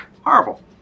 horrible